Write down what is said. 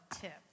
tip